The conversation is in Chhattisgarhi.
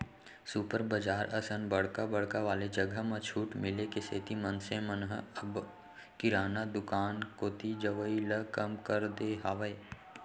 सुपर बजार असन बड़का बड़का वाले जघा म छूट मिले के सेती मनसे मन ह अब किराना दुकान कोती जवई ल कम कर दे हावय